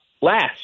last